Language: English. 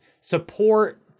support